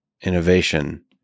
innovation